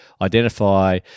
identify